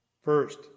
First